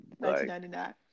1999